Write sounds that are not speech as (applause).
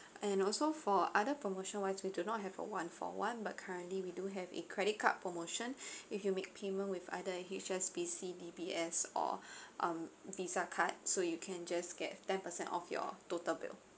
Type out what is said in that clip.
and also for other promotion wise we do not have a one for one but currently we do have a credit card promotion (breath) if you make payment with either a H_S_B_C D_B_S or (breath) um visa card so you can just get ten percent off your total bill